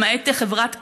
למעט בחברת כלל,